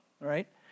right